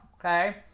okay